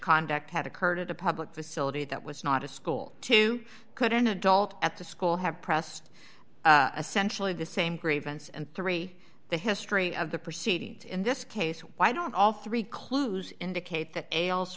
conduct had occurred at a public facility that was not a school two couldn't adult at the school have pressed essentially the same grievance and three the history of the proceedings in this case why don't all three clues indicate th